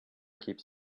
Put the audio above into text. keeps